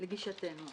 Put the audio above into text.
לגישתנו.